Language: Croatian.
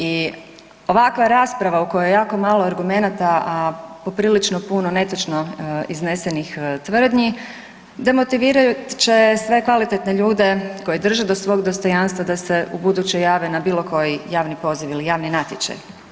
I ovakva rasprava u kojoj je jako malo argumenata, a poprilično puno netočno iznesenih tvrdnji, demotivirat će sve kvalitetne ljude koji drže do svog dostojanstva da se ubuduće jave na bilo koji javni poziv ili javni natječaj.